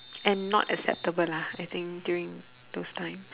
and not acceptable lah I think during those times